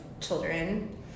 children